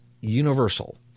universal